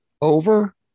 over